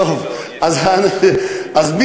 האוצר צריך.